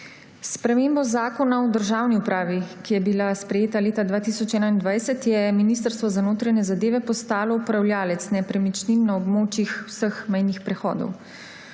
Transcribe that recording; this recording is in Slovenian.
spremembo Zakona o državni upravi, ki je bila sprejeta leta 2021, je Ministrstvo za notranje zadeve postalo upravljalec nepremičnin na območjih vseh mejnih prehodov.